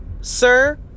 sir